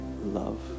love